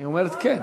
היא אומרת כן.